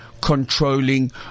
controlling